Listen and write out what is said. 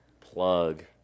Plug